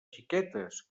xiquetes